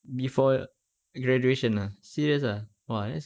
before graduation ah serious ah !wah! that's